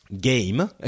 game